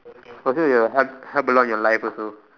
also it will help help a lot in your life also